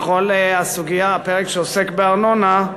בכל הסוגיה, הפרק שעוסק בארנונה,